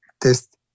test